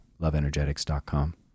LoveEnergetics.com